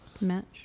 match